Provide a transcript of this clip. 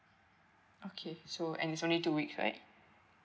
okay so and it's only two weeks right